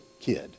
kid